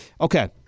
Okay